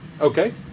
Okay